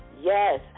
Yes